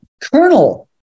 Colonel